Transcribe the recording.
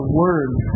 words